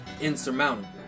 insurmountable